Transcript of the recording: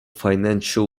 financial